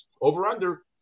over-under